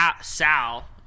Sal